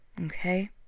Okay